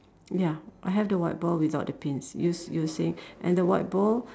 ya I have the whiteboard without the pins you you say and the whiteboard